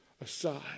aside